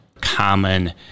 common